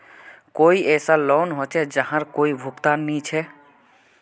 कोई ऐसा लोन होचे जहार कोई भुगतान नी छे?